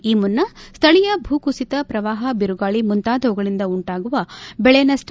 ಈ ಮುನ್ನ ಸ್ವಳೀಯ ಭೂಕುಸಿತ ಪ್ರವಾಪ ಬಿರುಗಾಳಿ ಮುಂತಾದವುಗಳಿಂದ ಉಂಟಾಗುವ ಬೆಳೆ ನಷ್ಷ